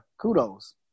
Kudos